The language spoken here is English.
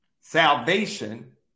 Salvation